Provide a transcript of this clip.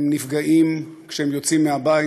הם נפגעים כשהם יוצאים מהבית,